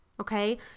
okay